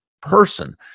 person